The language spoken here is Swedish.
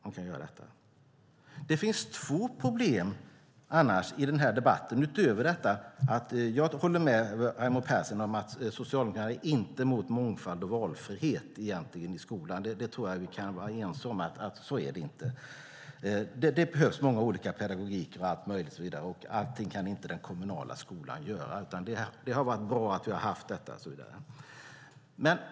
Det finns annars två problem i debatten, utöver detta. Jag håller med Raimo Pärssinen om att Socialdemokraterna egentligen inte är emot mångfald och valfrihet i skolan. Det tror jag att vi kan vara ense om; så är det inte. Det behövs många olika former av pedagogik och allt möjligt, och allting kan inte den kommunala skolan göra. Det har varit bra att vi har haft detta, och så vidare.